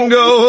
go